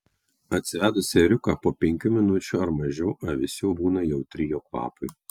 atsivedusi ėriuką po penkių minučių ar mažiau avis jau būna jautri jo kvapui